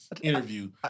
interview